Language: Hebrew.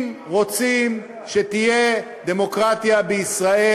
אם רוצים שתהיה דמוקרטיה בישראל,